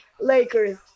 Lakers